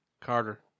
Carter